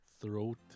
throat